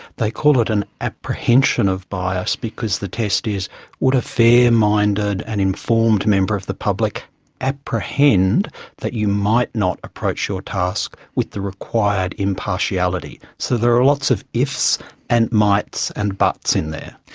they call it an apprehension of bias because the test is would a fair-minded and informed member of the public apprehend that you might not approach your task with the required impartiality. so there are lots of ifs and mights and buts in there.